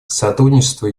сотрудничество